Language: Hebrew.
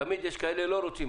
תמיד יש כאלה שלא רוצים,